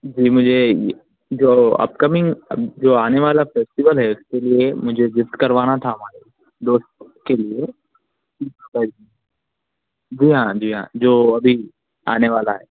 جی مجھے جو اپکمنگ جو آنے والا فیسٹیول ہے اس کے لئے مجھے گفٹ کروانا تھا ہمارے دوست کو کے لئے جی ہاں جی ہاں جو ابھی آنے والا ہے